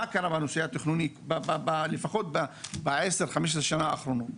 מה קרה בנושא התכנוני לפחות ב-15-10 שנה האחרונות.